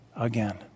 again